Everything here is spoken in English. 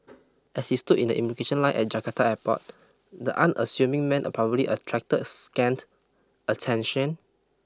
as he stood in the immigration line at Jakarta airport the unassuming man probably attracted scant attention